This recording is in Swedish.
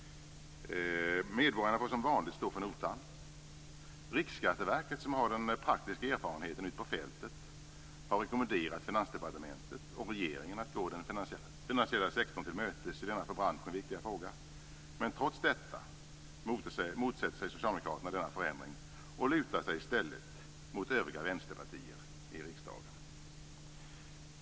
Medborgarna får, som vanligt, stå för notan. Riksskatteverket, som har den praktiska erfarenheten ute på fältet, har rekommenderat Finansdepartementet och regeringen att gå den finansiella sektorn till mötes i denna för branschen viktiga fråga. Trots detta motsätter sig socialdemokraterna denna förändring och lutar sig i stället mot övriga vänsterpartier i riksdagen.